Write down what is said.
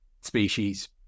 species